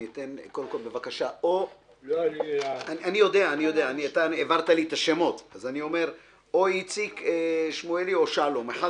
נשמע כעת או את איציק שמואלי או את שלום קוטשר,